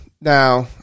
Now